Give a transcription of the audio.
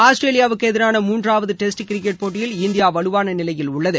ஆஸ்திரேலியாவுக்கு எதிரான மூள்றாவது டெஸ்ட் கிரிக்கெட் போட்டியில் இந்தியா வலுவான நிலையில் உள்ளது